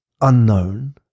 unknown